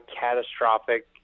catastrophic